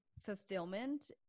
fulfillment